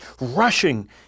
rushing